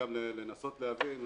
ולנסות להבין,